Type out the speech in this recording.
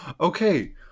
Okay